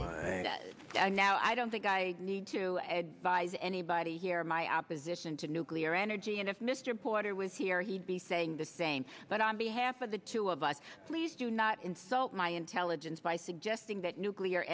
i now i don't think i need to advertise anybody here my opposition to nuclear energy and if mr porter was here he'd be saying the same but on behalf of the two of us please do not insult my intelligence by suggesting that nuclear